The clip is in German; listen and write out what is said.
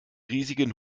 riesigen